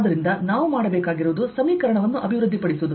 ಆದ್ದರಿಂದ ನಾವು ಮಾಡಬೇಕಾಗಿರುವುದು ಸಮೀಕರಣವನ್ನು ಅಭಿವೃದ್ಧಿಪಡಿಸುವುದು